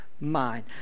mind